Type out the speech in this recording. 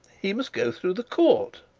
he must go through the court